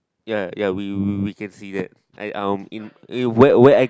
ya ya we we we can can see that I uh in eh where where I